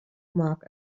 mark